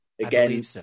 Again